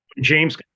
James